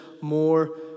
more